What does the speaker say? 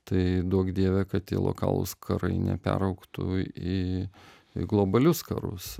tai duok dieve kad tie lokalūs karai neperaugtų į į globalius karus